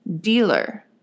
Dealer